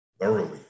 thoroughly